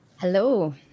Hello